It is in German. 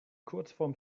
kurzform